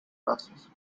classes